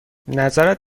نظرت